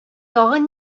тагын